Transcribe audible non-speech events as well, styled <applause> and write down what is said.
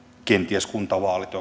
kenties kuntavaalit <unintelligible>